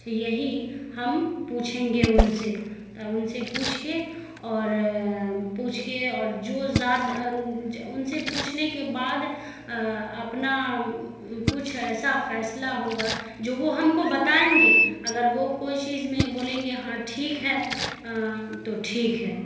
یہی ہم پوچھیں گے ان سے تو ان سے پوچھ کے اور پوچھ کے اور جو ان سے پوچھنے کے بعد اپنا کچھ ایسا فیصلہ ہوگا جو وہ ہم کو بتائیں گے اگر وہ کوئی چیز میں بولیں گے ہاں ٹھیک ہے تو ٹھیک ہے